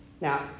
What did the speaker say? Now